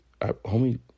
homie